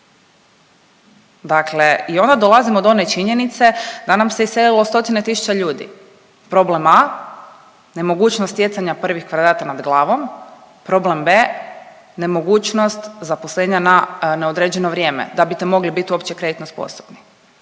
Dakle, i onda dolazimo do one činjenice da nam se iselilo stotine tisuća ljudi. Problem a) nemogućnost stjecanja prvih kvadrata nad glavom, problem b) nemogućnost zaposlenja na neodređeno na vrijeme da bite mogli bit uopće kreditno sposobni.